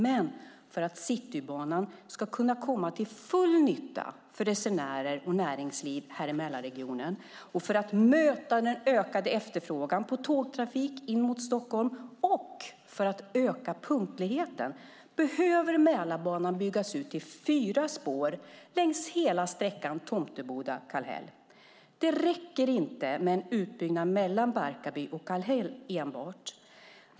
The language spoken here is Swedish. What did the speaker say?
Men för att Citybanan ska kunna komma till full nytta för resenärer och näringsliv här i Mälarregionen och för att man ska kunna möta den ökade efterfrågan på tågtrafik in mot Stockholm och öka punktligheten behöver Mälarbanan byggas ut till fyra spår längs hela sträckan Tomteboda-Kallhäll. Det räcker inte med enbart en utbyggnad mellan Barkarby och Kallhäll.